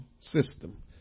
system